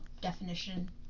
definition